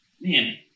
Man